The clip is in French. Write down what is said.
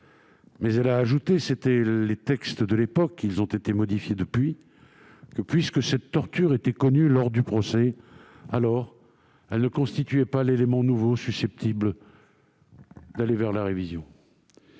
mais elle a ajouté, suivant les textes de l'époque- ils ont été modifiés depuis -, que, puisque cette torture était connue lors du procès, elle ne constituait pas un élément nouveau susceptible de conduire à une révision.